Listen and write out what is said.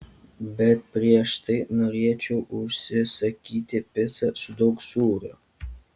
bet prieš tai norėčiau užsisakyti picą su daug sūrio